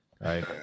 Right